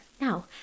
Now